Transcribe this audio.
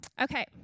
Okay